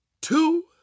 two